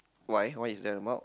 why why is that about